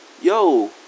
yo